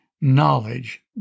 knowledge